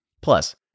Plus